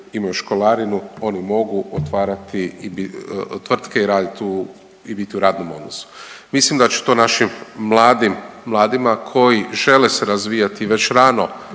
školarinu, oni mogu otvarati i tvrtke i raditi, biti u radnom odnosu. Mislim da će to našim mladim, mladima koji žele se razvijati već rano,